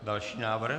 Další návrh.